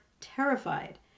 terrified